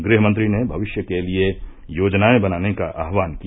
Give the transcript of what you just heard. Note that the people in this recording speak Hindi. गृहमंत्री ने भविष्य के लिए योजनाए बनाने का आह्वान किया